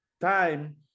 time